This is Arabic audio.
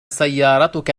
سيارتك